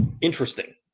interesting